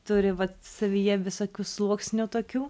turi savyje visokių sluoksnių tokių